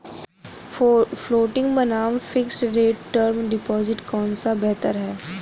Floating बनाम fixed rate term deposit कौन सा बेहतर है?